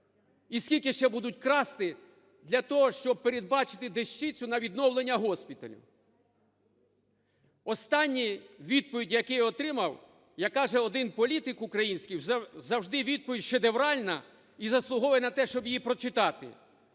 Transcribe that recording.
і скільки ще будуть красти для того, щоб передбачити дещицю на відновлення госпіталю? Останню відповідь, яку я отримав, як каже один політик український: "Завжди відповідьшедевральна і заслуговує на те, щоб її прочитати".